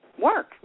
work